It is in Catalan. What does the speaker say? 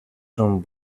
són